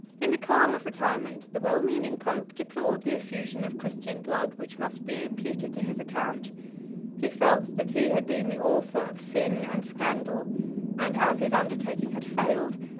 in the calm of retirement, the well-meaning pope deplored the effusion of christian blood, which must be imputed to his account he felt, that he had been the author of sin and scandal and as his undertaking had failed,